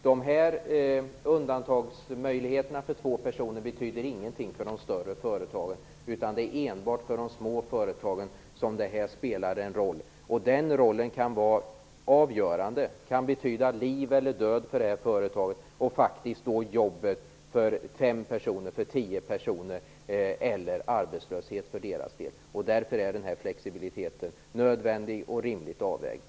Dessa undantagsmöjligheter för två personer betyder ingenting för de större företagen, utan det är enbart för de små företagen som det spelar en roll. Den rollen kan vara avgörande. Det kan betyda liv eller död för detta företag, jobben för 5-10 personer eller arbetslöshet för deras del. Därför är denna flexibilitet nödvändig och rimligt avvägd.